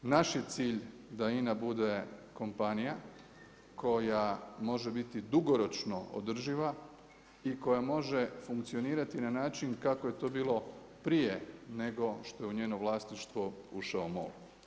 Naš je cilj da INA bude kompanija koja može biti dugoročno održiva i koja može funkcionirati na način kako je to bilo prije nego što je u njegovo vlasništvo ušao MOL.